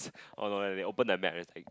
oh no they open the map thing